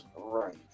right